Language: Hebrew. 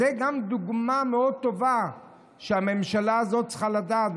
זו גם דוגמה מאוד טובה לכך שהממשלה הזאת צריכה לדעת,